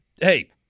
hey